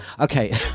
Okay